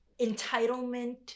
entitlement